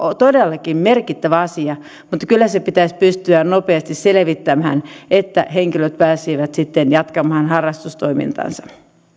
todellakin merkittävä asia mutta kyllä se pitäisi pystyä nopeasti selvittämään että henkilöt pääsisivät sitten jatkamaan harrastustoimintaansa